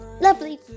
lovely